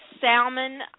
salmon